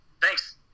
Thanks